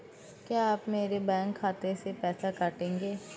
क्या आप मेरे बैंक खाते से पैसे काटेंगे?